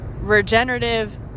Regenerative